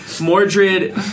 Mordred